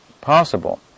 possible